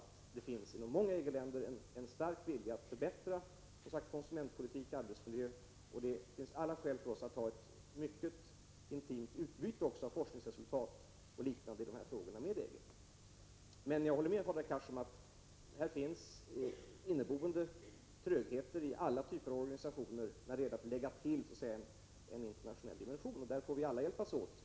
Utan tvivel finns det inom många EG-länder en stark vilja att förbättra konsumentpolitik och arbetsmiljö, och det finns alla skäl för oss att ha ett mycket intimt utbyte av forskningsresultat och liknande med EG. Men jag håller med Hadar Cars om att det i alla organisationer finns inneboende trögheter när det gäller att till samarbetet lägga en internationell dimension. Här får vi alla hjälpas åt.